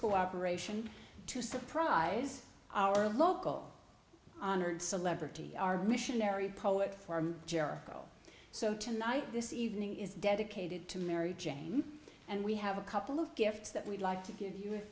cooperation to surprise our local honored celebrity missionary poet form jericho so tonight this evening is dedicated to mary jane and we have a couple of gifts that we'd like to give